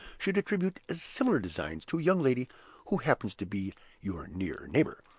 should attribute similar designs to a young lady who happens to be your near neighbor.